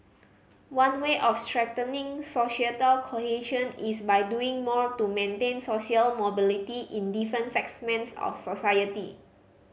one way of strengthening societal cohesion is by doing more to maintain social mobility in different segments of society